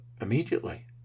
immediately